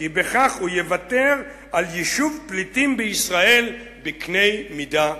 כי בכך הוא יוותר על יישוב פליטים בישראל בקנה מידה גדול.